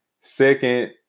Second